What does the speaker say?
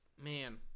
Man